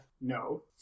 No